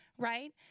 right